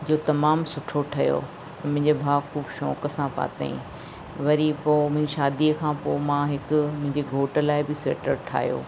जो तमामु सुठो ठहियो मुंहिंजे भाउ ख़ूबु शौक़ सां पातईं वरी पोइ मुंहिंजी शादीअ खां पोइ मां हिकु मुंहिंजे घोट लाइ बि स्वेटर ठहियो